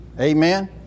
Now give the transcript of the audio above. Amen